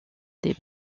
des